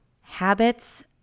Habits